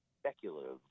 speculative